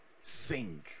sing